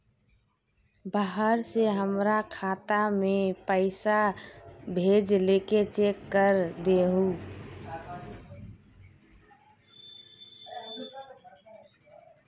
बाहर से हमरा खाता में पैसा भेजलके चेक कर दहु?